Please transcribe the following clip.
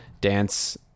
Dance